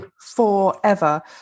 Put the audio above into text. forever